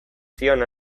zion